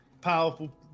powerful